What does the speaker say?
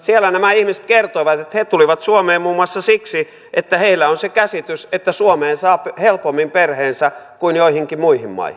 siellä nämä ihmiset kertoivat että he tulivat suomeen muun muassa siksi että heillä on se käsitys että suomeen saa helpommin perheensä kuin joihinkin muihin maihin